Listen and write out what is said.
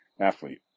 athlete